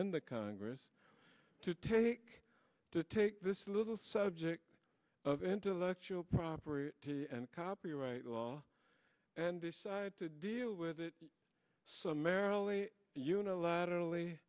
in the congress to take to take this little subject of intellectual property and copyright law and decide to deal with it summarily unilaterally